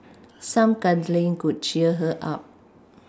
some cuddling could cheer her up